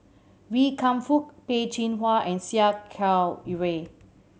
Wee Kam Fook Peh Chin Hua and Sia Kah Hui